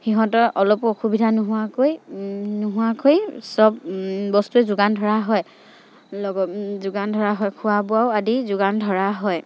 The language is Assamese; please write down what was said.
সিহঁতৰ অলপো অসুবিধা নোহোৱাকৈ নোহোৱাকৈ চব বস্তুৱে যোগান ধৰা হয় লগ যোগান ধৰা হয় খোৱা বোৱাও আদি যোগান ধৰা হয়